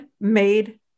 made